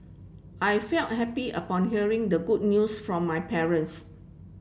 I felt happy upon hearing the good news from my parents